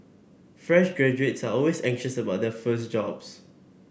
fresh graduates are always anxious about their first jobs